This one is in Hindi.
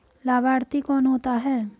लाभार्थी कौन होता है?